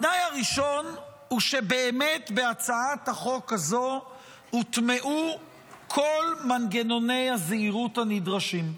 התנאי הראשון הוא שבהצעת החוק הזאת הוטמעו כל מנגנוני הזהירות הנדרשים.